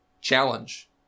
challenge